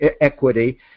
equity